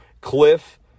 Cliff